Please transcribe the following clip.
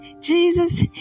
Jesus